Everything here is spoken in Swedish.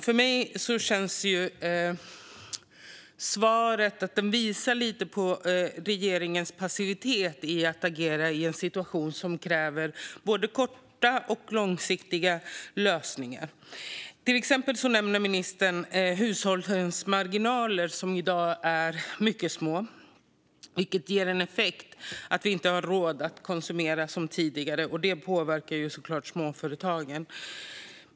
För mig känns det som att svaret visar på regeringens passivitet när det gäller att agera i en situation som kräver både kort och långsiktiga lösningar. Ministern nämnde till exempel hushållens marginaler, och de är i dag mycket små. Det ger effekten att man inte har råd att konsumera som tidigare, och det påverkar såklart småföretagen.